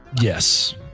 yes